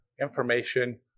information